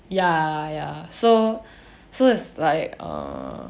ya ya so so it's like err